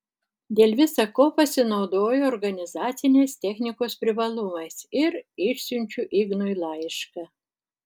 dėl visa ko pasinaudoju organizacinės technikos privalumais ir išsiunčiu ignui laišką